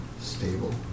stable